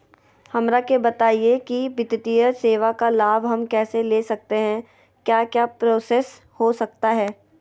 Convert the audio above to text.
हमरा के बताइए की वित्तीय सेवा का लाभ हम कैसे ले सकते हैं क्या क्या प्रोसेस हो सकता है?